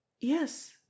Yes